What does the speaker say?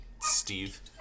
Steve